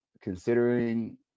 considering